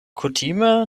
kutime